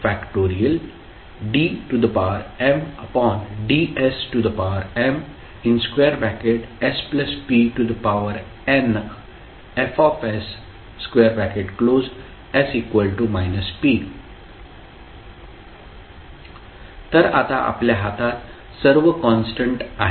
dmdsmspnF।s p तर आता आपल्या हातात सर्व कॉन्स्टंट आहेत